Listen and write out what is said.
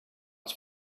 its